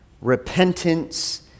repentance